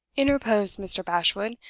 interposed mr. bashwood,